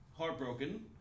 Heartbroken